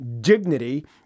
dignity